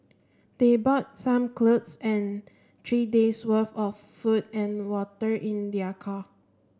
they bought some clothes and three days worth of food and water in their car